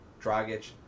Dragic